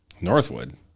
Northwood